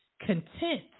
content